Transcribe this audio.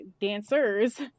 dancers